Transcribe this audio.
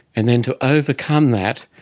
and then to overcome that,